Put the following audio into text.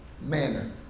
manner